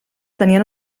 tenien